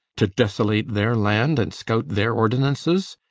to desolate their land, and scout their ordinances?